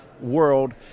world